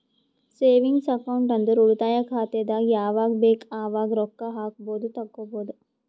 savings account ಅಂದುರ್ ಉಳಿತಾಯ ಖಾತೆದಾಗ್ ಯಾವಗ್ ಬೇಕ್ ಅವಾಗ್ ರೊಕ್ಕಾ ಹಾಕ್ಬೋದು ತೆಕ್ಕೊಬೋದು